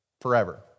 forever